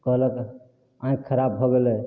कहलक आँखि खराब भऽ गेलै